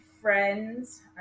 friends